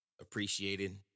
appreciated